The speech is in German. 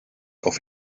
auf